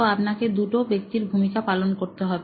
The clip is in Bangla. তো আপনাকে দুটো ব্যক্তির ভূমিকা পালন করতে হবে